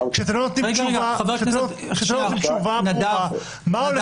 כשאתם לא נותנים תשובה ברורה מה קורה בחגים.